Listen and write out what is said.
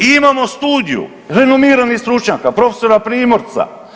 Imamo studiju, renomiranih stručnjaka, profesora Primorca.